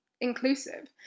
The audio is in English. Inclusive